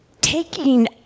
taking